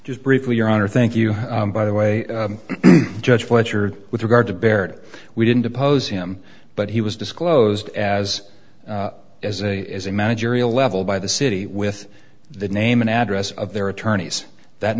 just briefly your honor thank you by the way judge fletcher with regard to baird we didn't depose him but he was disclosed as as a as a managerial level by the city with the name and address of their attorneys that